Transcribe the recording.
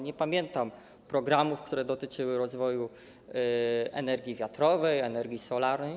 Nie pamiętam programów, które dotyczyły rozwoju energii wiatrowej czy energii solarnej.